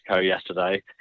yesterday